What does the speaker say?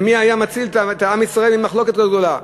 ומי היה מציל את עם ישראל ממחלוקת כזאת גדולה?